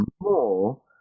more